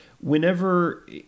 whenever